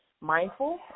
mindful